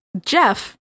Jeff